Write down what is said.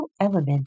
element